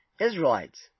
Israelites